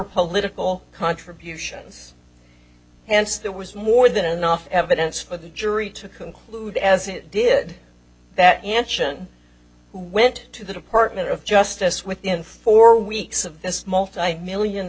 political contributions hence there was more than enough evidence for the jury to conclude as it did that anshan went to the department of justice within four weeks of this multimillion